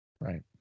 Right